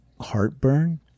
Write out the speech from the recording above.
heartburn